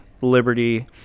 liberty